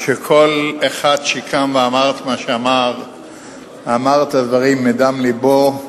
שכל אחד שקם ואמר את מה שאמר אמר את הדברים מדם לבו,